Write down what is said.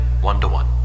one-to-one